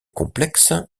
complexes